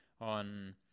on